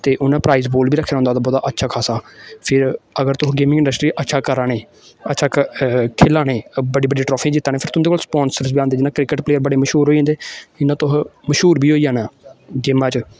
ते उ'नें prize pool बी रक्खे दा होंदा ब अच्छा खासा फिर अगर तुस गेमिंग इंडस्ट्री अच्छा करा ने अच्छा खेलै ने बड्डी बड्डी टाफी जित्तना ते फि तुंदे कोल स्पोन्सर्स बी आंदियां क्रिकेट प्लेयर बड़े मश्हूर होई जंदे इ'यां तुस मश्हूर बी होई जाना गेमा च